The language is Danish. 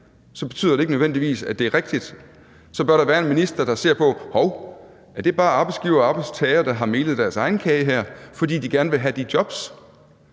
arbejdstagerne, så nødvendigvis betyder, at det er rigtigt? Så bør der være en minister, der ser på det og siger: Hov, er det bare arbejdsgivere og arbejdstagere, der har melet deres egen kage her, fordi de gerne vil have de jobs,